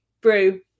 brew